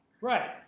Right